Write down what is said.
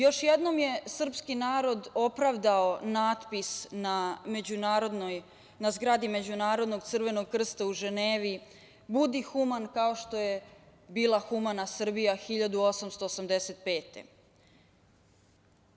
Još jednom je srpski narod opravdao natpis na zgradi Međunarodnog Crvenog krsta u Ženevi: „Budi human kao što je bila humana Srbija 1885. godine“